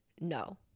no